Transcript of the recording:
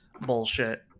bullshit